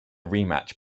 rematch